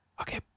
Okay